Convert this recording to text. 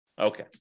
Okay